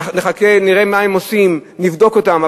נחכה, נראה מה הם עושים, נבדוק אותם.